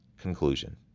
Conclusion